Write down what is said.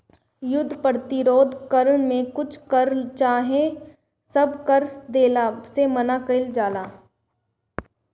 युद्ध प्रतिरोध कर में कुछ कर चाहे सब कर देहला से मना कईल जाला